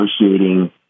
negotiating